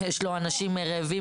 יש לו אנשים רעבים,